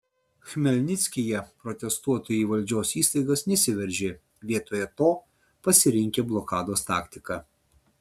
chmelnickyje protestuotojai į valdžios įstaigas nesiveržė vietoje to pasirinkę blokados taktiką